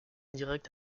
direct